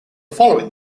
following